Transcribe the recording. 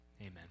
amen